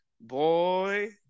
boy